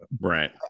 Right